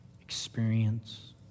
experience